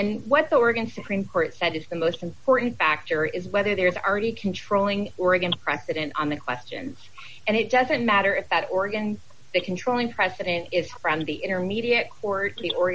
and what the oregon supreme court said is the most important factor is whether there's already controlling oregon precedent on the questions and it doesn't matter if that organs the controlling president is from the intermediate court